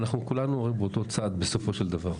אנחנו כולנו הרי באותו צד בסופו של דבר.